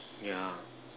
ya